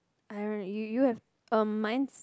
I don't know you you have a mine